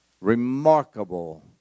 Remarkable